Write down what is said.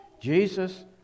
Jesus